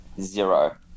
zero